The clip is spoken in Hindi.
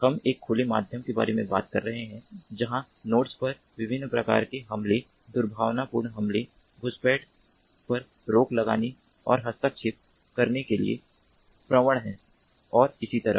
हम एक खुले माध्यम के बारे में बात कर रहे हैं जहां नोड्स पर विभिन्न प्रकार के हमले दुर्भावनापूर्ण हमले घुसपैठ पर रोक लगाने और हस्तक्षेप करने के लिए प्रवण हैं और इसी तरह